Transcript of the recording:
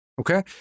okay